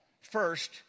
first